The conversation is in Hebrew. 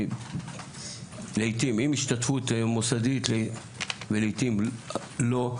לעיתים עם השתתפות מוסדית ולעיתים לא,